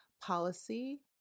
policy